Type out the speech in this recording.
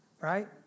right